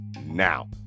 now